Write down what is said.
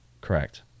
Correct